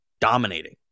dominating